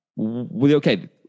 Okay